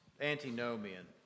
antinomian